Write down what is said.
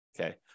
Okay